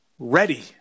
Ready